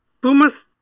pumas